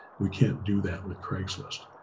we can't do that with craigslist.